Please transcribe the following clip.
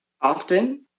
often